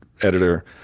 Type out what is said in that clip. editor